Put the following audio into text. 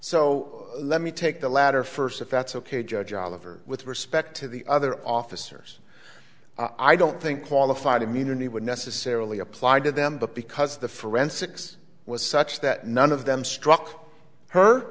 so let me take the latter first if that's ok judge oliver with respect to the other officers i don't think qualified immunity would necessarily apply to them but because the forensics was such that none of them struck her